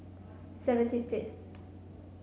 seventy fifth